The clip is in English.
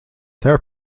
their